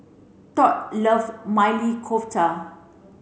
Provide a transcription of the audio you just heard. Tod loves Maili Kofta